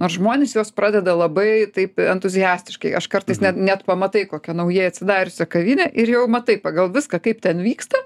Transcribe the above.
nors žmonės juos pradeda labai taip entuziastiškai aš kartais net net pamatai kokia nauja atsidariusią kavinę ir jau matai pagal viską kaip ten vyksta